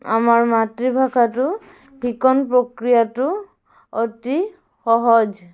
আমাৰ মাতৃভাষাটো শিকন প্ৰক্ৰিয়াটো অতি সহজ